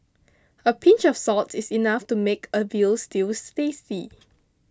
a pinch of salt is enough to make a Veal Stews tasty